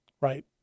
right